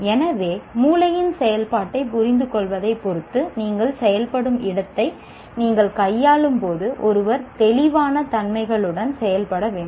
எனவே மூளையின் செயல்பாட்டைப் புரிந்துகொள்வதைப் பொறுத்து நீங்கள் செயல்படும் இடத்தை நீங்கள் கையாளும் போது ஒருவர் தெளிவான தன்மைகளுடன் செயல்பட வேண்டும்